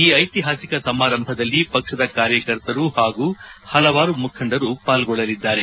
ಈ ಐತಿಹಾಸಿಕ ಸಮಾರಂಭದಲ್ಲಿ ಪಕ್ಷದ ಕಾರ್ಯಕರ್ತರು ಹಾಗೂ ಪಲವಾರು ಮುಖಂಡರು ಪಾಲ್ಗೊಳ್ಳಲಿದ್ದಾರೆ